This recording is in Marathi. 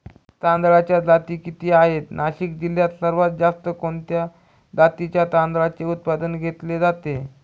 तांदळाच्या जाती किती आहेत, नाशिक जिल्ह्यात सर्वात जास्त कोणत्या जातीच्या तांदळाचे उत्पादन घेतले जाते?